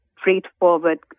straightforward